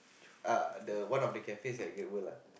uh the one of the cafes at Great-World lah